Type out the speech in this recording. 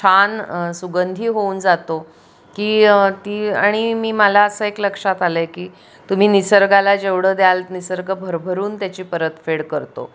छान सुगंधी होऊन जातो की ती आणि मी मला असं एक लक्षात आलंय की तुम्ही निसर्गाला जेवढं द्याल निसर्ग भरभरून त्याची परतफेड करतो